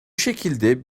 şekilde